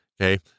okay